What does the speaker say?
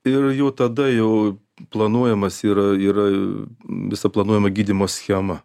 ir jau tada jau planuojamas yra yra visa planuojama gydymo schema